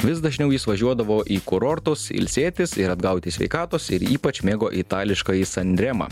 vis dažniau jis važiuodavo į kurortus ilsėtis ir atgauti sveikatos ir ypač mėgo itališkąjį sanremą